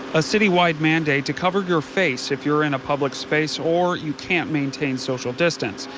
a city wide mandate to cover your face if you're in a public space or you can't maintain social distance.